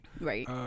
Right